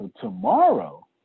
Tomorrow